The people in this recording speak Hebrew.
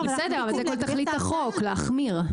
זאת כל תכלית החוק, להחמיר.